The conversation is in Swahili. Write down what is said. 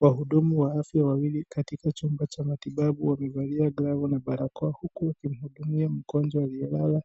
Wahudumu weusi wawili katika chumba cha matibabu wamevalia glavu na barakoa huku wakihudumia mgonjwa aliyelala